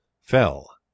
fell